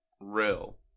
real